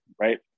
Right